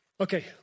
Okay